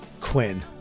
quinn